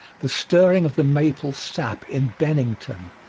the stirring of the maple sap in bennington,